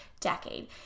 decade